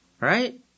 Right